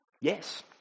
yes